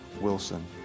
Wilson